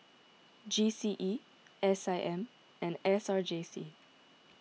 G C E S I M and S R J C